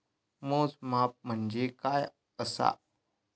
मोजमाप म्हणजे काय असा?